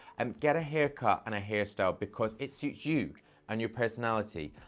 and get a haircut and a hairstyle because it suits you and your personality.